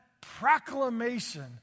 proclamation